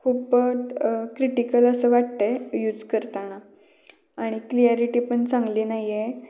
खूप क्रिटिकल असं वाटतं आहे यूज करताना आणि क्लियारिटी पण चांगली नाही आहे